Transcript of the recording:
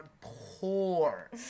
poor